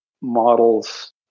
models